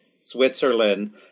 Switzerland